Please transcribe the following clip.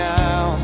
now